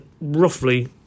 Roughly